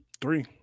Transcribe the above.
Three